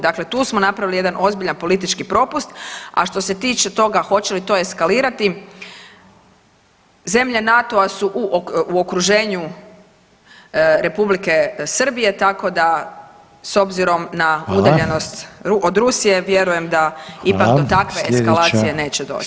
Dakle, tu smo napravili jedan ozbiljan politički propust, a što se tiče toga hoće li to eskalirati zemlje NATO-a su u okruženju Republike Srbije tako da [[Upadica Reiner: Hvala.]] s obzirom na udaljenost od Rusije vjerujem da to takve eskalacije neće doći.